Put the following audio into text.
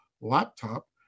laptop